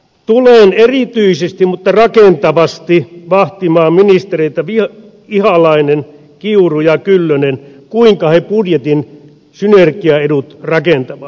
tulen erityisesti mutta rakentavasti vahtimaan ministereitä ihalainen kiuru ja kyllönen siinä kuinka he budjetin synergiaedut rakentavat